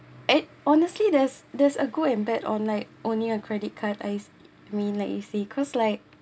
eh honestly there's there's a good and bad on like owning a credit card I mean like easy cause like